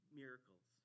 miracles